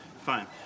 fine